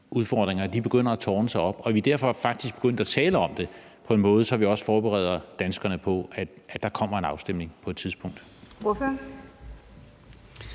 udfordringer begynder at tårne sig op, så vi derfor faktisk skal begynde at tale om det på en måde, så vi også forbereder danskerne på, at der kommer en afstemning på et tidspunkt?